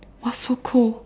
!wah! so cold